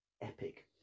epic